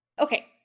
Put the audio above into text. Okay